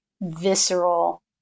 visceral